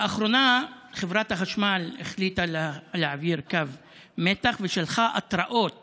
לאחרונה חברת החשמל החליטה להעביר קו מתח ושלחה התראות